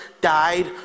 died